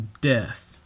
death